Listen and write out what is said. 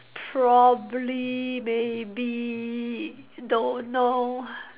probably maybe don't know